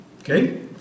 okay